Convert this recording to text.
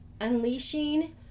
unleashing